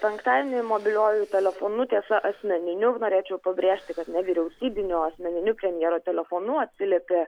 penktadienį mobiliuoju telefonu tiesa asmeniniu norėčiau pabrėžti kad ne vyriausybiniu o asmeniniu premjero telefonu atsiliepė